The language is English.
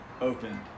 opened